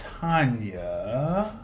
Tanya